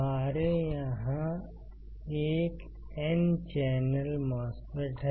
हमारे यहाँ एक N चैनल MOSFET है